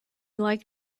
like